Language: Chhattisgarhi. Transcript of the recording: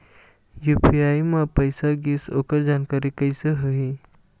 यू.पी.आई म पैसा गिस ओकर जानकारी कइसे होही?